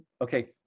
Okay